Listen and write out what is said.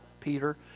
Peter